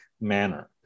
manner